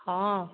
हँ